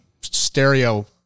stereo